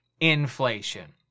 inflation